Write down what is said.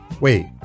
Wait